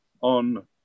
on